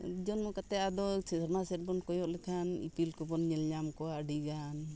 ᱡᱚᱱᱢᱚ ᱠᱟᱛᱮ ᱟᱫᱚ ᱥᱮᱨᱢᱟ ᱥᱮᱫ ᱵᱚᱱ ᱠᱚᱭᱚᱜ ᱞᱮᱠᱷᱟᱱ ᱤᱯᱤᱞ ᱠᱚᱵᱚᱱ ᱧᱮᱞ ᱧᱟᱢ ᱠᱚᱣᱟ ᱟᱹᱰᱤ ᱜᱟᱱ